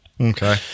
Okay